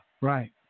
Right